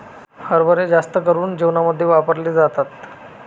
हरभरे जास्त करून जेवणामध्ये वापरले जातात